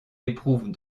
éprouve